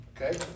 okay